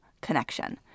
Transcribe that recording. connection